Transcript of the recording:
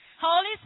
Holy